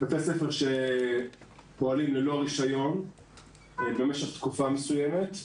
בתי ספר שפועלים ללא רישיון במשך תקופה מסוימת,